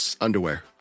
Underwear